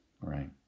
right